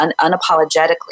unapologetically